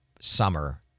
summer